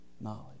knowledge